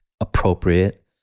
appropriate